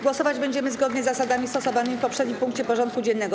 Głosować będziemy zgodnie z zasadami stosowanymi w poprzednim punkcie porządku dziennego.